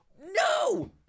No